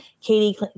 Katie